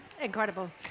incredible